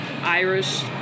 Irish